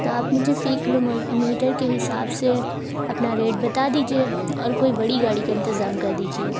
تو آپ مجھے فی کلو میٹر کے حساب سے اپنا ریٹ بتا دیجیے اور کوئی بڑی گاڑی کا انتظام کر دیجیے